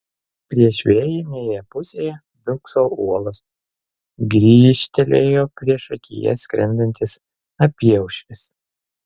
priešvėjinėje pusėje dunkso uolos grįžtelėjo priešakyje skrendantis apyaušris